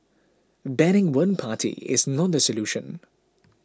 banning one party is not the solution